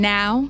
now